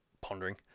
pondering